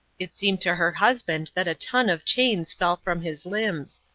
it seemed to her husband that a ton of chains fell from his limbs.